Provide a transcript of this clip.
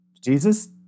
Jesus